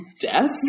death